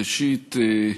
ראשית,